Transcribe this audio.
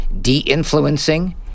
De-influencing